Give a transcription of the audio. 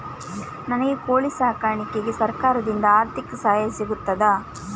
ನನಗೆ ಕೋಳಿ ಸಾಕಾಣಿಕೆಗೆ ಸರಕಾರದಿಂದ ಆರ್ಥಿಕ ಸಹಾಯ ಸಿಗುತ್ತದಾ?